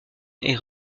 est